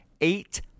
eight